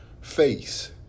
face